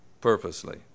purposely